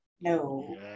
No